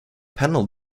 panel